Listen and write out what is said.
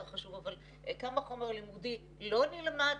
חשוב אבל כמה חומר לימודי לא נלמד.